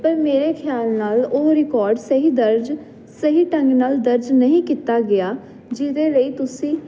ਪਰ ਮੇਰੇ ਖਿਆਲ ਨਾਲ ਉਹ ਰਿਕਾਰਡ ਸਹੀ ਦਰਜ ਸਹੀ ਢੰਗ ਨਾਲ ਦਰਜ ਨਹੀਂ ਕੀਤਾ ਗਿਆ ਜਿਹਦੇ ਲਈ ਤੁਸੀਂ